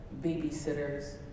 babysitters